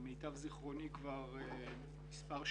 למיטב זיכרוני, כבר מספר.